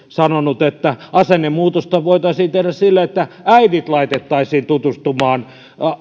sanonut että asennemuutosta voitaisiin tehdä sillä että jos äidit laitettaisiin tutustumaan